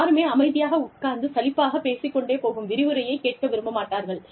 யாருமே அமைதியாக உட்கார்ந்து சலிப்பாக பேசிக் கொண்டே போகும் விரிவுரையை கேட்க விரும்ப மாட்டார்கள்